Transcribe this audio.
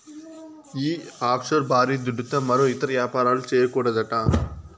ఈ ఆఫ్షోర్ బారీ దుడ్డుతో మరో ఇతర యాపారాలు, చేయకూడదట